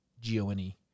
G-O-N-E